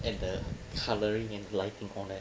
and the colouring and lighting corner